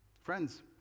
Friends